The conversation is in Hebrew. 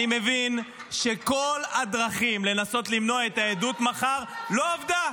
אני מבין שכל הדרכים לנסות למנוע את העדות מחר לא עבדו.